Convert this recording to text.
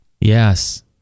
Yes